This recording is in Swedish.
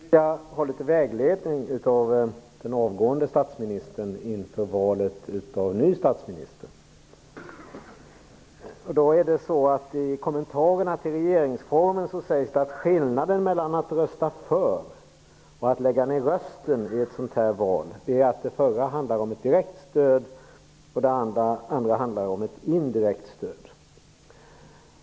Fru talman! Jag skulle vilja ha litet vägledning av den avgående statsministern inför valet av ny statsminister. I kommentarerna till regeringsformen sägs det att skillnaden mellan att rösta för och att lägga ner rösten i ett sådant val är att det i förra fallet handlar om ett direkt stöd och i det senare fallet handlar om ett indirekt stöd.